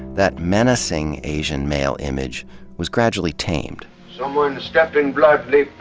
that menacing asian male image was gradually tamed. someone stepped in blood, leave